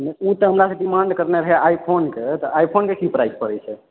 ई तऽ हमरासँ डिमान्ड करने रहै आइ फोनके तऽ आइ फोनके की प्राइज पड़ै छै